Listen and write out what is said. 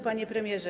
Panie Premierze!